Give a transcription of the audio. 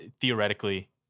theoretically